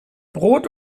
brot